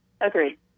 Agreed